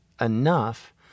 enough